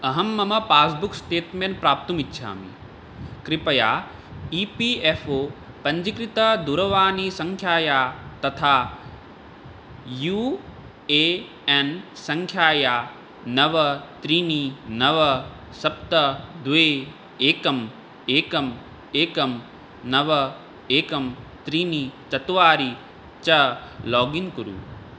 अहं मम passbook statement प्राप्तुमिच्छामि कृपया ई पि एफ़् ओ पञ्जीकृतदूरवाणीसङ्ख्यायाः तथा यू ए एन् सङ्ख्यायाः नव त्रीणि नव सप्त द्वे एकम् एकम् नव एकं त्रीणि चत्वारि च लोगिन् कुरु